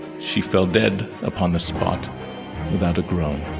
she fell dead upon the spot without a groan.